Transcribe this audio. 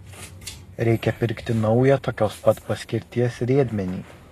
reikia pirkti naują tokios pat paskirties riedmenį